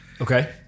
Okay